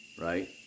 right